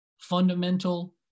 fundamental